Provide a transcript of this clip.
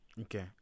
okay